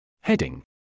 Heading